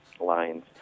lines